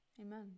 Amen